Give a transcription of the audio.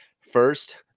first